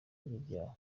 ry’ibyaha